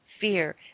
fear